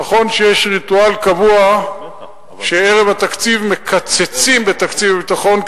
נכון שיש ריטואל קבוע שערב התקציב מקצצים בתקציב הביטחון,